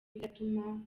iratuma